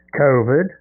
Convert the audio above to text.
COVID